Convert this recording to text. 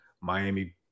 Miami